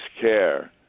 care